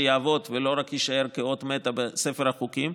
שיעבוד ולא רק יישאר כאות מתה בספר החוקים.